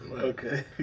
Okay